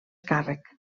càrrec